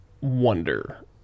wonder